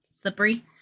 slippery